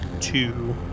Two